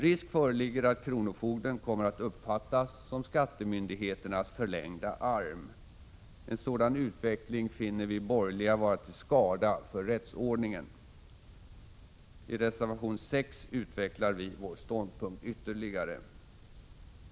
Risk föreligger att kronofogden kommer att uppfattas som skattemyndigheternas förlängda arm. En sådan utveckling finner vi borgerliga vara till skada för rättsordningen. I reservation 6 utvecklar vi vår ståndpunkt ytterligare.